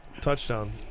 touchdown